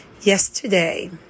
Yesterday